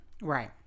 Right